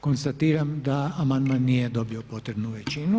Konstatiram da amandman nije dobio potrebnu većinu.